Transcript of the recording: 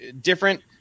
different